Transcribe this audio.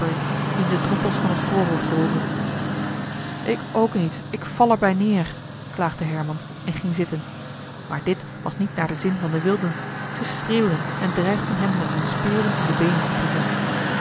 wien de droppels van het voorhoofd rolden ik ook niet ik val er bij neer klaagde herman en ging zitten maar dit was niet naar den zin van de wilden ze schreeuwden en dreigden hem met hunne speeren in de beenen te prikken